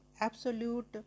absolute